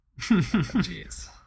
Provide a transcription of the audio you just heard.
Jeez